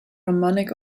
harmonic